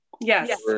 Yes